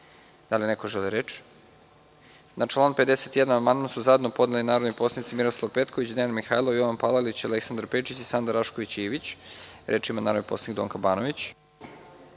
li neko želi reč? Ne. Na član 51. amandman su zajedno podneli narodni poslanici Miroslav Petković, Dejan Mihajlov, Jovan Palalić, Aleksandar Pejčić i Sanda Rašković Ivić. Reč ima narodni poslanik Donka Banović.